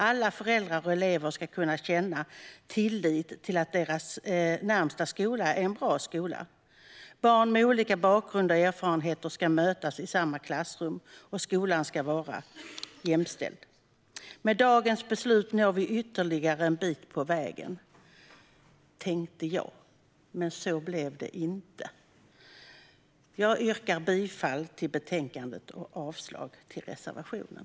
Alla föräldrar och elever ska kunna känna tillit till att deras närmaste skola är en bra skola. Barn med olika bakgrund och erfarenheter ska mötas i samma klassrum, och skolan ska vara jämställd. Med dagens beslut når vi ytterligare en bit på vägen - tänkte jag. Men så blev det inte. Jag yrkar bifall till utskottets förslag i betänkandet och avslag på reservationen.